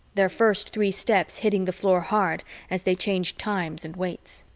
their first three steps hitting the floor hard as they changed times and weights.